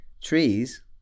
trees